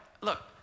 look